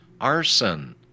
arson